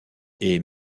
est